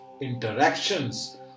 interactions